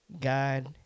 God